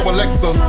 Alexa